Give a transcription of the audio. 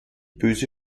böse